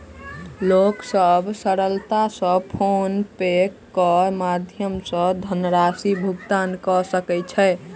लोक सभ सरलता सॅ फ़ोन पे के माध्यम सॅ धनराशि भुगतान कय सकै छै